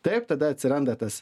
taip tada atsiranda tas